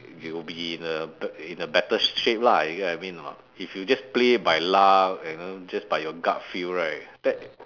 you will be in a bet~ in a better shape lah you get what I mean or not if you just play by luck and then just by your gut feel right that